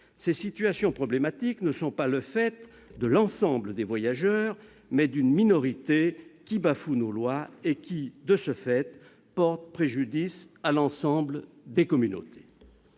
Ces situations problématiques sont le fait non de l'ensemble des voyageurs, mais d'une minorité d'entre eux qui bafoue nos lois et qui, de ce fait, porte préjudice à l'ensemble des communautés.